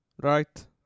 right